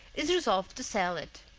is resolved to sell it.